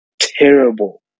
terrible